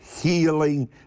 healing